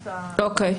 הן מרכזות את --- אוקיי.